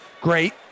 great